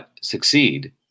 succeed